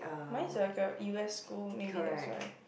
mine is like a u_s school maybe that's why